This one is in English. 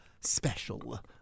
special